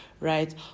right